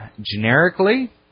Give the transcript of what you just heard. generically